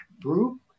group